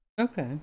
Okay